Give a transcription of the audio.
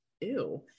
ew